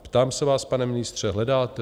Ptám se vás, pane ministře, hledáte?